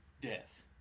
death